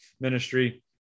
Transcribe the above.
ministry